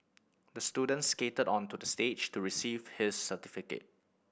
the student skated onto the stage to receive his certificate